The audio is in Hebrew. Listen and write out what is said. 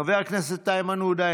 חבר הכנסת איימן עודה,